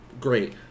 Great